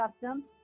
custom